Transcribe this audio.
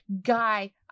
guy